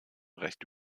recht